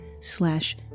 slash